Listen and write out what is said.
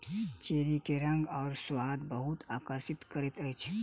cherry के रंग आ स्वाद बहुत आकर्षित करैत अछि